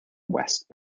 west